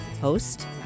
Host